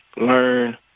learn